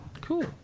Cool